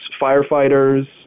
firefighters